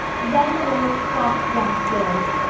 then marilla stalked downstairs,